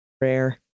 rare